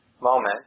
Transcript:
moment